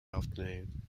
afternoon